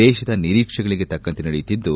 ದೇಶದ ನಿರೀಕ್ಷೆಗಳಿಗೆ ತಕ್ಕಂತೆ ನಡೆಯುತ್ತಿದ್ದು